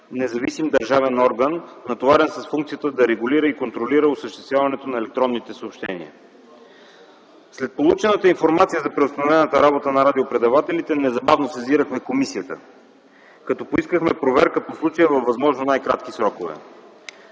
независим държавен орган, натоварен с функцията да регулира и контролира осъществяването на електронните съобщения. След получената информация за преустановената работа на радиопредавателите незабавно сезирахме комисията, като поискахме проверка по случая във възможно най-кратки срокове.